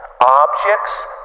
Objects